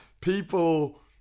people